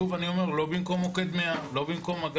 שוב אני אומר: לא במקום מוקד 100,